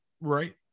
Right